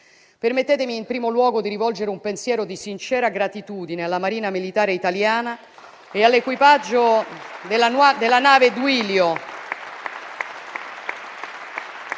Permettetemi in primo luogo di rivolgere un pensiero di sincera gratitudine alla Marina militare italiana e all'equipaggio della nave Duilio,